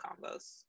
combos